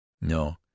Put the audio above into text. No